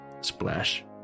Splash